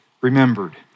remembered